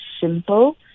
simple